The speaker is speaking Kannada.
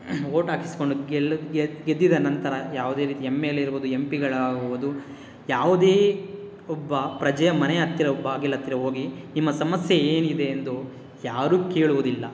ಓಟ್ ಹಾಕಿಸಿಕೊಂಡು ಗೆಲ್ಲು ಗೆದ್ದ ಗೆದ್ದಿದ ನಂತರ ಯಾವುದೇ ರೀತಿ ಎಮ್ ಎಲ್ ಎ ಇರ್ಬೋದು ಎಂ ಪಿಗಳಾಗ್ಬೋದು ಯಾವುದೇ ಒಬ್ಬ ಪ್ರಜೆಯ ಮನೆಯ ಹತ್ತಿರ ಬಾಗಿಲತ್ತಿರ ಹೋಗಿ ನಿಮ್ಮ ಸಮಸ್ಯೆ ಏನಿದೆ ಎಂದು ಯಾರೂ ಕೇಳುವುದಿಲ್ಲ